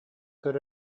көр